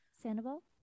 Sandoval